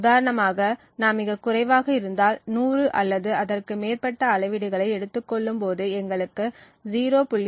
உதாரணமாக நாம் மிகக் குறைவாக இருந்தால் 100 அல்லது அதற்கு மேற்பட்ட அளவீடுகளை எடுத்துக் கொள்ளும் போது எங்களுக்கு 0